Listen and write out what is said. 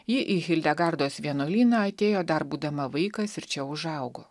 ji į hildegardos vienuolyną atėjo dar būdama vaikas ir čia užaugo